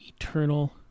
eternal